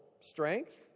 strength